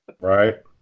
Right